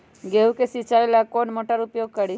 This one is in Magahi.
गेंहू के सिंचाई ला कौन मोटर उपयोग करी?